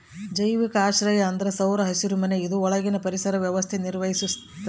ಜೈವಿಕ ಆಶ್ರಯ ಅಂದ್ರ ಸೌರ ಹಸಿರುಮನೆ ಇದು ಒಳಗಿನ ಪರಿಸರ ವ್ಯವಸ್ಥೆ ನಿರ್ವಹಿಸ್ತತೆ